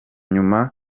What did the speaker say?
nyuma